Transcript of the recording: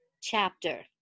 chapter